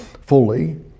fully